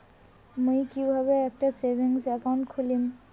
মুই কিভাবে একটা সেভিংস অ্যাকাউন্ট খুলিম?